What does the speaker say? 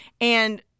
and-